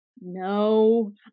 no